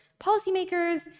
policymakers